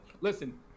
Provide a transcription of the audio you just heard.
listen